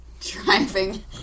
Driving